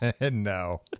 no